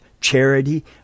charity